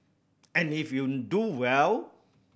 and if you do well